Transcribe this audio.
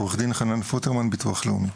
אני עורך הדין חנן פוטרמן מהביטוח הלאומי.